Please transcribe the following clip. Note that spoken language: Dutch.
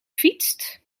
fietst